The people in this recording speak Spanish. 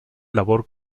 labor